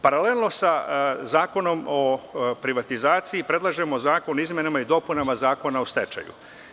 Paralelno sa Zakonom o privatizaciji predlažemo Zakon o izmenama i dopunama Zakona o stečaju.